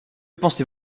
pensez